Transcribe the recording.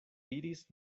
diris